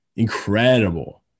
Incredible